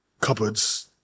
cupboards